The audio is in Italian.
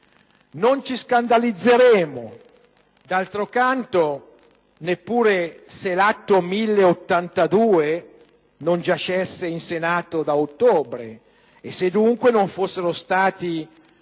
Non ci scandalizzeremmo, d'altro canto, neppure se l'Atto n. 1082 non giacesse in Senato da ottobre e se dunque non fossero stati